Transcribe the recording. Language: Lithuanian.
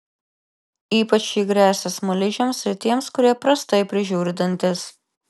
ypač ji gresia smaližiams ir tiems kurie prastai prižiūri dantis